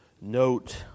note